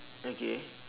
okay